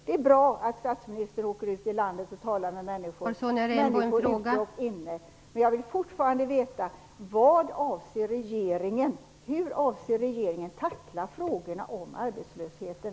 Det är bra att statsministern åker ut i landet och talar med människor. Men jag vill fortfarande veta hur regeringen i dag avser att tackla frågan om arbetslösheten.